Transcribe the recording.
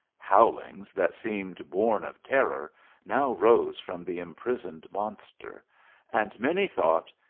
howlings that seemed born of terror now rose from the imprisoned monster and many thought,